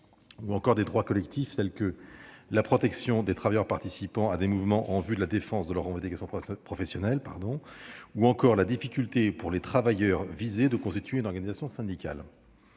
et des droits collectifs, tels que la protection des travailleurs participant à des mouvements en vue de la défense de leurs revendications professionnelles ou encore la faculté pour les travailleurs visés de constituer une organisation syndicale.